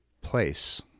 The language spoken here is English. place